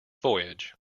voyage